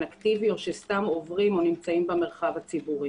אקטיבי או שסתם עוברים או נמצאים במרחב הציבור.